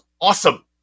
awesome